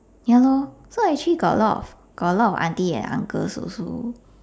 ya lor so actually got a lot of got a lot of auntie and uncles also